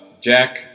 Jack